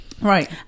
Right